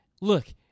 look